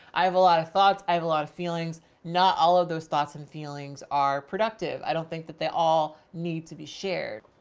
i have a lot of thoughts. i have a lot of feelings, not all of those thoughts and feelings are productive. i don't think that they all need to be shared.